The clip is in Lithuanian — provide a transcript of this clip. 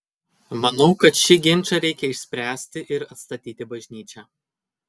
manau kad šį ginčą reikia išspręsti ir atstatyti bažnyčią